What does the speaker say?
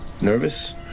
Nervous